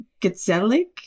Gezellig